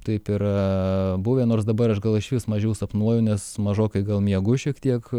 taip yra buvę nors dabar aš gal išvis mažiau sapnuoju nes mažokai gal miegu šiek tiek